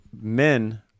men